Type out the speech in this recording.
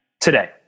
Today